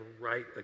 right